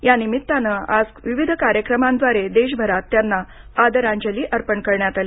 यानिमित्ताने आज विविध कार्यक्रमाद्वारे देशभरात त्यांना आदरांजली अर्पण करण्यात आली